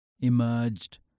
emerged